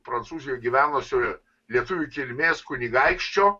prancūzijoj gyvenusio lietuvių kilmės kunigaikščio